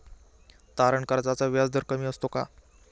तारण कर्जाचा व्याजदर कमी असतो का?